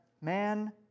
man